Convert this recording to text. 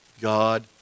God